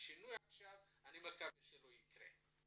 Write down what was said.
יש שינוי עכשיו, ואני מקווה שלא יקרה.